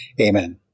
Amen